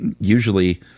usually